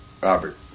Robert